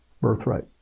birthright